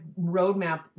roadmap